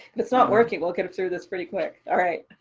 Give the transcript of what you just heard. it's not working, we'll get through this pretty quick. all right.